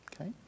okay